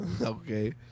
Okay